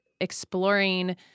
exploring